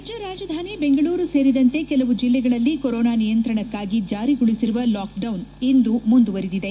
ರಾಜ್ಯ ರಾಜಧಾನಿ ಬೆಂಗಳೂರು ಸೇರಿದಂತೆ ಕೆಲವು ಜಲ್ಲೆಗಳಲ್ಲಿ ಕೊರೊನಾ ನಿಯಂತ್ರಣಕಾಗಿ ಜಾರಿಗೊಳಿಸಿರುವ ಲಾಕ್ಡೌನ್ ಇಂದು ಮುಂದುವರಿದಿದೆ